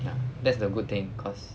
ya that's the good thing cause